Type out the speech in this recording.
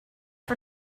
for